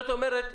זאת אומרת,